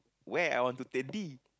where I want to take D